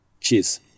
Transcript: Cheers